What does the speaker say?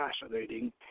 fascinating